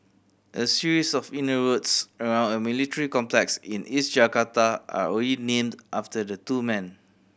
a series of inner roads around a military complex in East Jakarta are already named after the two men